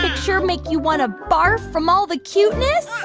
picture make you want to barf from all the cuteness?